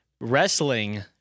wrestling